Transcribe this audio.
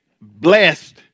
blessed